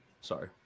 Sorry